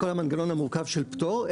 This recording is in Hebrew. המנגנון המורכב של פטור,